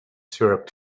syrup